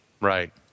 Right